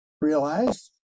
realized